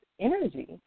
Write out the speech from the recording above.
energy